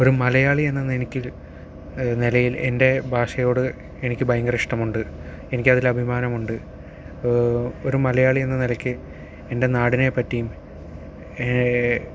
ഒരു മലയാളി എന്ന നിനക്കില് നിലയിൽ എൻ്റെ ഭാഷയോട് എനിക്ക് ഭയങ്കര ഇഷ്ട്ടമുണ്ട് എനിക്കതിൽ അഭിമാനമുണ്ട് ഒ ഒരു മലയാളി എന്ന നിലയ്ക്ക് എൻ്റെ നാടിനെ പറ്റിയും